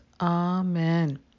Amen